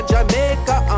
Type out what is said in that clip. Jamaica